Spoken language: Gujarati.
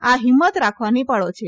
આ હિંમત રાખવાની પળો છે